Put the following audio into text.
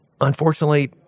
Unfortunately